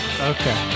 Okay